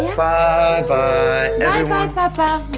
bye bye papa.